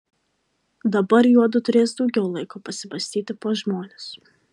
dabar juodu turės daugiau laiko pasibastyti po žmones